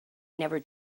never